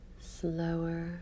slower